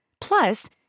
Plus